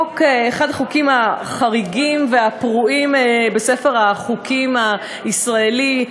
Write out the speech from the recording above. אחד החוקים החריגים והפרועים בספר החוקים הישראלי,